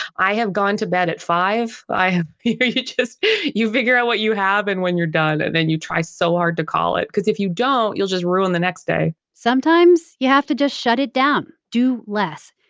i have gone to bed at five. i have you just you figure out what you have and when you're done, and then you try so hard to call it because if you don't, you'll just ruin the next day sometimes you have to just shut it down. down. do less.